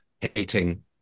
hating